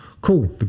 Cool